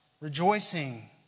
rejoicing